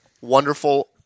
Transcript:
Wonderful